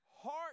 heart